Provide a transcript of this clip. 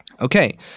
Okay